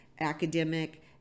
academic